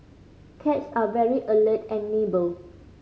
cats are very alert and nimble